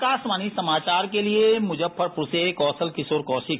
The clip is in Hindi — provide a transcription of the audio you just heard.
आकाशवाणी समाचार के लिये मुजफ्फरपुर से कौशल किशोर कौशिक